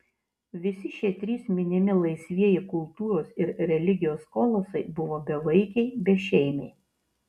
visi šie trys minimi laisvieji kultūros ir religijos kolosai buvo bevaikiai bešeimiai